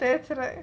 that's right